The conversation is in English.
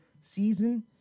season